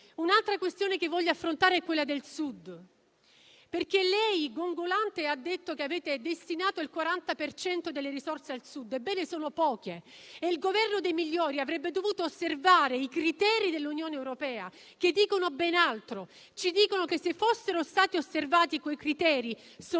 Un'altra questione che voglio affrontare è quella del Sud, perché lei gongolante ha detto che avete destinato il 40 per cento delle risorse al Sud. Ebbene, sono poche e il Governo dei migliori avrebbe dovuto osservare i criteri dell'Unione europea, che dicono ben altro, ossia che, se fossero stati osservati quei criteri soltanto